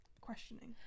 questioning